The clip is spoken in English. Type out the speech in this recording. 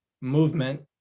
movement